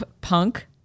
Punk